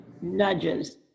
nudges